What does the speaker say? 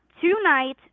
tonight